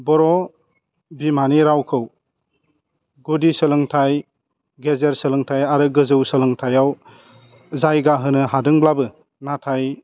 बर' बिमानि रावखौ गुदि सोलोंथाइ गेजेर सोलोंथाइ आरो गोजौ सोलोंथाइयाव जायगा होनो हादोंब्लाबो नाथाय